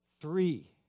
Three